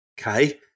okay